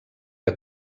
que